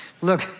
Look